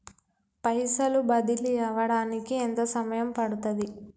పైసలు బదిలీ అవడానికి ఎంత సమయం పడుతది?